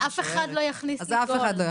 לא, אני שוערת אף אחד לא יכניס לי גול.